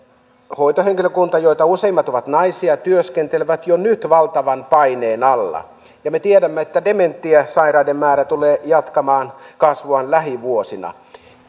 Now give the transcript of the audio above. hoitohenkilökunta josta useimmat ovat naisia työskentelee jo nyt valtavan paineen alla ja me tiedämme että dementiasairaiden määrä tulee jatkamaan kasvuaan lähivuosina